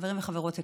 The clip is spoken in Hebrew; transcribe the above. חברים וחברות יקרים,